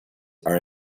are